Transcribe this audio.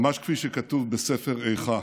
ממש כפי שכתוב בספר איכה: